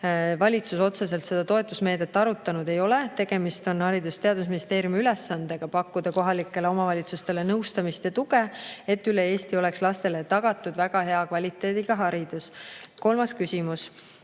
Valitsus otseselt seda toetusmeedet arutanud ei ole. Tegemist on Haridus- ja Teadusministeeriumi ülesandega pakkuda kohalikele omavalitsustele nõustamist ja tuge, et üle Eesti oleks lastele tagatud väga hea kvaliteediga haridus. Kolmas küsimus: